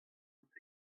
out